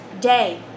day